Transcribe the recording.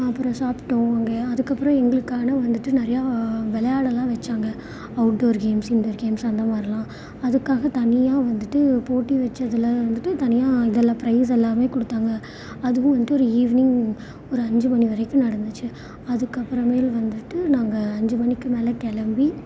அப்புறம் சாப்பிட்டோம் அங்கேயே அதுக்கப்புறோம் எங்களுக்கான வந்துவிட்டு நிறையா விளையாடலாம் வச்சாங்க அவுட்டோர் கேம்ஸ் இன்டோர் கேம்ஸ் அந்த மாதிரிலான் அதுக்காக தனியாக வந்துவிட்டு போட்டி வச்சதுல வந்துவிட்டு தனியாக இதெல்லாம் பிரைஸ் எல்லாமே கொடுத்தாங்க அதுவும் வந்துவிட்டு ஒரு ஈவினிங் ஒரு அஞ்சு மணி வரைக்கும் நடந்துச்சு அதுக்கப்பறமேலு வந்துவிட்டு நாங்கள் அஞ்சு மணிக்கு மேலே கிளம்பி